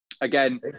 Again